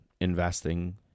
investing